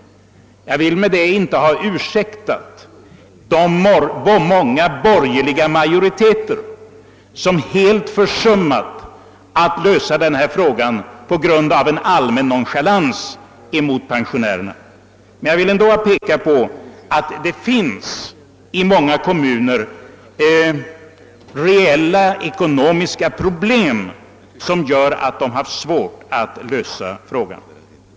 Jag har med detta ingalunda velat ursäkta de många borgerliga majoriteter som helt försummat att lösa detta problem på grund av en allmän nonchalans mot pensionärerna, men jag har ändå velat peka på att det i många kommuner finns reella ekonomiska problem som gör att dessa kommuner haft svårt att komma till rätta med frågan.